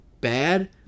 bad